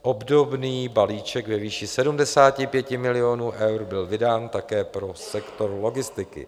Obdobný balíček ve výši 75 milionů eur byl vydán také pro sektor logistiky.